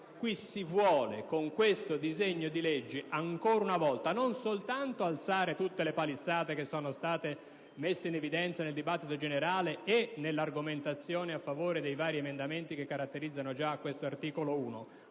Si vuole, con questo disegno di legge, ancora una volta non soltanto alzare tutte le palizzate che sono state messe in evidenza nella discussione generale e nell'argomentazione a favore dei vari emendamenti che caratterizzano già quest'articolo 1,